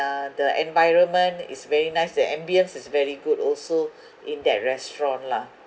the environment is very nice the ambience is very good also in that restaurant lah